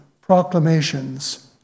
proclamations